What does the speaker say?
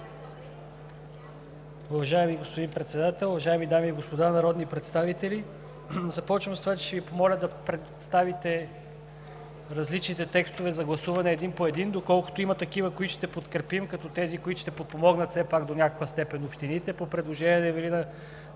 Уважаеми господин Председател, уважаеми дами и господа народни представители, започвам с това, че ще Ви моля да представите различните текстове за гласуване един по един, доколкото има такива, които ще подкрепим, като тези, които ще подпомогнат все пак до някаква степен общините, по предложение на Ивелина